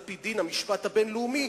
על-פי דין המשפט הבין-לאומי,